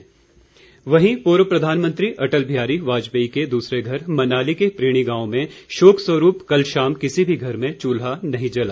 मनाली वहीं पूर्व प्रधानमंत्री अटल बिहारी वाजपेयी के दूसरे घर मनाली के प्रीणी गांव में शोक स्वरूप कल शाम किसी भी घर में चुल्हा नहीं जला